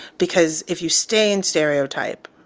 because if you stay in stereotype,